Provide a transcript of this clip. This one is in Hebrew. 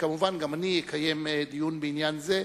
כמובן, גם אני אקיים דיון בעניין זה,